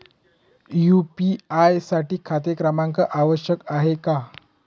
UPI साठी खाते क्रमांक आवश्यक आहे का?